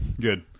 good